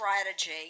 strategy